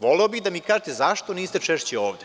Voleo bih da mi kažete zašto niste češće ovde.